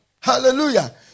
Hallelujah